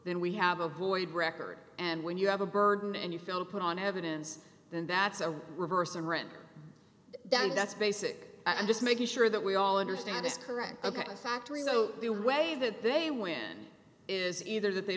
then we have a void record and when you have a burden and you fail to put on evidence then that's a reverse and rent down that's basically i'm just making sure that we all understand is correct ok factory so the way that they win is either that they